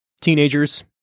Teenagers